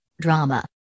Drama